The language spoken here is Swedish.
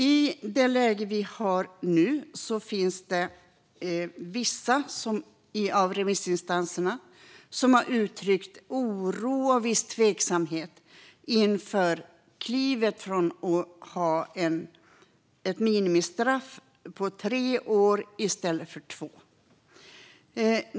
I det läge vi har nu har vissa av remissinstanserna uttryckt oro och viss tveksamhet inför klivet att ha ett minimistraff på tre år i stället för två.